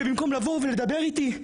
במקום לבוא ולדבר איתי,